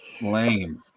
lame